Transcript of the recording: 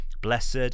Blessed